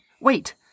wait